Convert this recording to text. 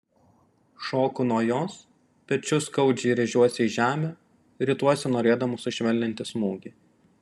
šoku nuo jos pečiu skaudžiai rėžiuosi į žemę rituosi norėdamas sušvelninti smūgį